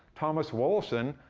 thomas wollaston,